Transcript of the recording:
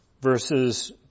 verses